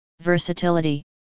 Versatility